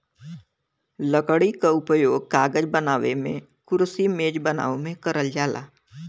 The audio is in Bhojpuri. लकड़ी क उपयोग कागज बनावे मेंकुरसी मेज बनावे में करल जाला